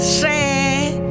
sad